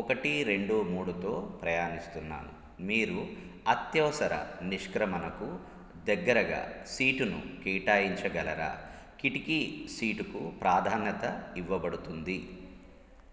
ఒకటి రెండు మూడుతో ప్రయాణిస్తున్నాను మీరు అత్యవసర నిష్క్రమణకు దగ్గరగా సీటును కేటాయించగలరా కిటికీ సీటుకు ప్రాధాన్యత ఇవ్వబడుతుంది